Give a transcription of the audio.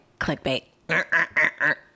clickbait